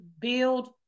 build